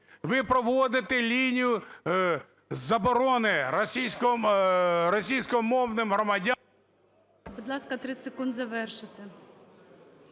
ви проводити лінію заборони російськомовним громадянам...